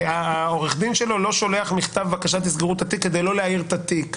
שעורך הדין לא שולח מכתב בקשה לסגירת התיק כדי לא להעיר את התיק.